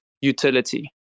utility